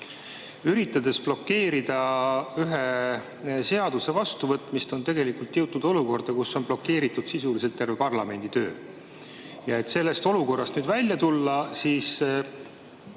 Üritades blokeerida ühe seaduse vastuvõtmist, on tegelikult jõutud olukorda, kus on blokeeritud sisuliselt terve parlamendi töö. Ja et sellest olukorrast nüüd välja tulla, ma